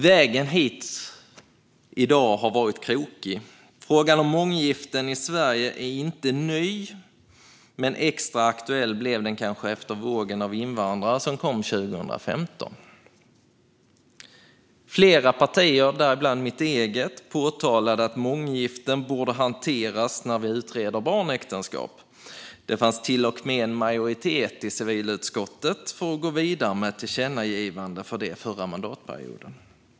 Vägen hit i dag har varit krokig. Frågan om månggiften i Sverige är inte ny, men extra aktuell blev den kanske efter vågen av invandrare 2015. Flera partier, däribland mitt eget, påpekade att månggifte borde hanteras när vi utredde barnäktenskap. Det fanns till och med en majoritet i civilutskottet för att gå vidare med ett tillkännagivande om det under förra mandatperioden.